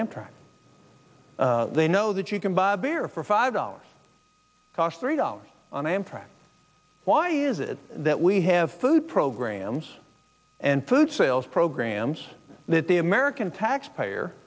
amtrak they know that you can buy beer for five dollars three dollars on amtrak why is it that we have food programs and food sales programs that the american taxpayer